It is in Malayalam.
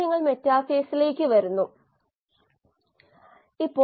ലിമിറ്റിങ് പ്രതിപ്രവർത്തനത്തിന്റെ സാന്ദ്രത പ്രതികരണത്തിന്റെ വ്യാപ്തിയെ പരിമിതപ്പെടുത്തുന്നു